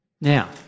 Now